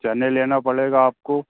चने लेना पड़ेगा आपको